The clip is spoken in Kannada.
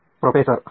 ಪ್ರೊಫೆಸರ್ ಹೌದು